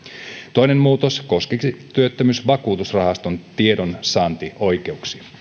toinen muutos koskisi työttömyysvakuutusrahaston tiedonsaantioikeuksia